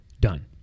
done